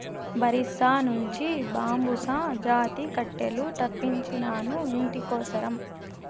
ఒరిస్సా నుంచి బాంబుసా జాతి కట్టెలు తెప్పించినాను, ఇంటి కోసరం